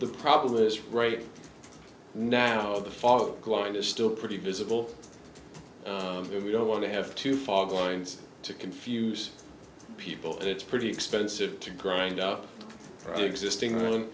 the problem is right now the fog line is still pretty visible and we don't want to have to fog lines to confuse people and it's pretty expensive to grind up the existing